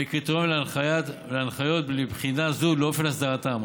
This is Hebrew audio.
לקריטריונים ולהנחיות לבחינה זו ולאופן הסדרתם.